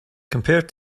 compared